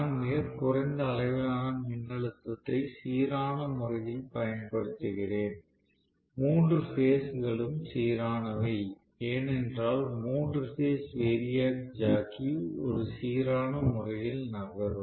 நான் மிகக் குறைந்த அளவிலான மின்னழுத்தத்தை சீரான முறையில் பயன்படுத்துகிறேன் மூன்று பேஸ் களும் சீரானவை ஏனென்றால் மூன்று பேஸ் வேரியாக் ஜாக்கி ஒரு சீரான முறையில் நகரும்